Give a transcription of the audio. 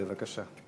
בבקשה.